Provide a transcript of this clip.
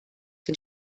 den